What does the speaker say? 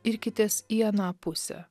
irkitės į aną pusę